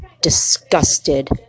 disgusted